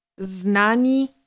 Znani